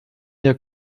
der